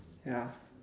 ya